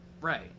Right